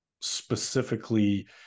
specifically